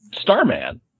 *Starman*